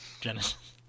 Genesis